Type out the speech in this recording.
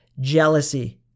jealousy